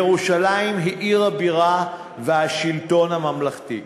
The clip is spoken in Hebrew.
ירושלים היא עיר הבירה והשלטון הממלכתי.